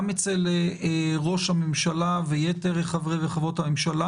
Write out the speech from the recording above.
גם אצל ראש הממשלה ויתר חברי וחברות הממשלה.